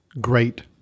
great –